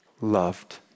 loved